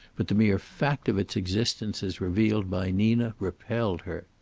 but the mere fact of its existence as revealed by nina repelled her.